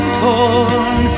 torn